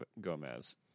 Gomez